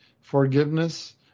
forgiveness